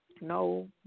No